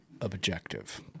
objective